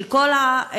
של כל המאמצים,